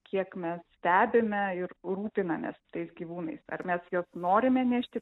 kiek mes stebime ir rūpinamės tais gyvūnais ar mes juos norime nešti